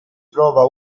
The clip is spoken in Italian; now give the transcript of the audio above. trova